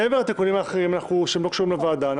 מעבר לתיקונים האחרים שלא קשורים לוועדה,